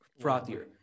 frothier